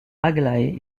aglaé